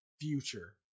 future